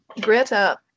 Greta